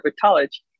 College